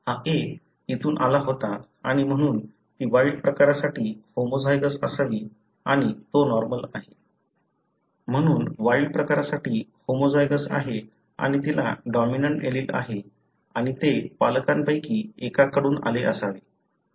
हा a इथून आला होता आणि म्हणून ती वाइल्ड प्रकारासाठी होमोझायगोस असावी आणि तो नॉर्मल आहे म्हणून वाइल्ड प्रकारासाठी होमोझायगोस आहे आणि तिला डॉमिनंट एलील आहे आणि ते पालकांपैकी एकाकडून आले असावे